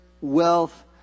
wealth